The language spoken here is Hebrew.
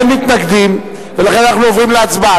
אין מתנגדים, ולכן אנחנו עוברים להצבעה.